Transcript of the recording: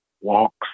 walks